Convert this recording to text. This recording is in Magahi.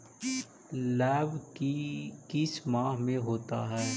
लव की किस माह में होता है?